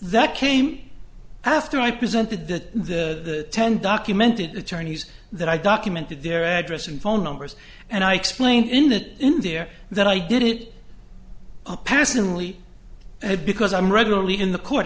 that came after i presented that the ten documented attorneys that i documented their address and phone numbers and i explained in that in there that i did it a person really because i'm regularly in the court